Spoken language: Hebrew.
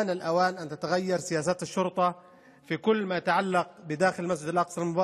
הגיע הזמן שתשתנה מדיניות המשטרה בכל מה שקשור למתרחש במסגד אל-אקצא,